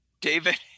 David